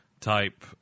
type